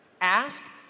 ask